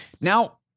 Now